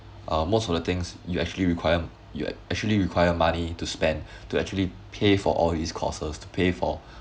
uh most of the things you actually require you ac~ actually require money to spend to actually pay for all these courses to pay for